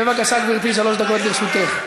בבקשה, גברתי, שלוש דקות לרשותך.